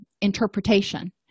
interpretation